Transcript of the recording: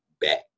back